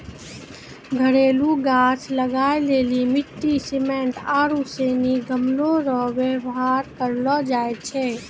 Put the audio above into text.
घरेलू गाछ लगाय लेली मिट्टी, सिमेन्ट आरू सनी गमलो रो वेवहार करलो जाय छै